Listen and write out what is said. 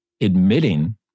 admitting